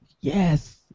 yes